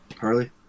harley